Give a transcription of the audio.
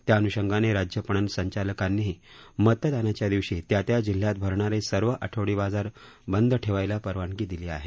त्या अन्षंगाने राज्य पणन संचालकांनीही मतदानाच्या दिवशी त्या त्या जिल्ह्यात भरणारे सर्व आठवडी बाजार बंद ठेवायला परवानगी दिली आहे